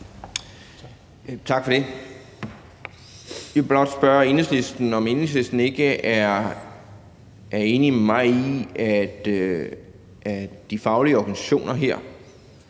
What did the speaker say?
Tak for det. Jeg vil blot spørge Enhedslisten, om Enhedslisten ikke er enig med mig i, at de faglige organisationer her